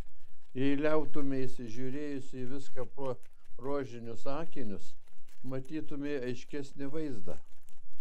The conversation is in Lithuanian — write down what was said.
jei liautumeisi žiūrėjusi į viską pro rožinius akinius matytumei aiškesnį vaizdą